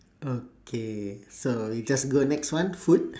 okay so we just go next one food